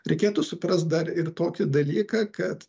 reikėtų suprast dar ir tokį dalyką kad